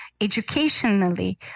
educationally